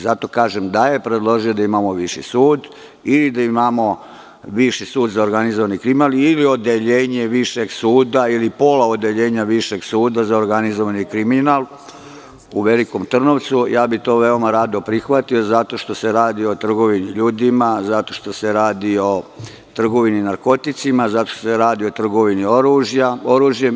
Zato kažem, da je predložio da imamo viši sud, ili da imamo viši sud za organizovani kriminal, ili odeljenje višeg suda, ili pola odeljenja višeg suda za organizovani kriminal u Velikom Trnovcu, to bih veoma rado prihvatio zato što se radi o trgovini ljudima, zato što se radi o trgovini narkoticima, zato što se radi o trgovini oružjem.